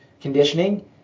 conditioning